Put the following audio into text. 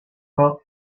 pas